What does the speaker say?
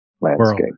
landscape